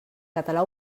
català